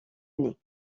année